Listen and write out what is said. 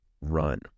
run